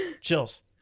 chills